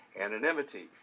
anonymity